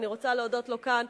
ואני רוצה להודות לו כאן,